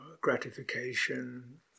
gratification